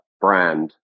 brand